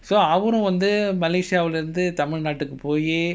so அவரு வந்து:avaru vanthu malaysia lah இருந்து:irunthu tamil நாட்டுக்கு போயி:naatuku poyi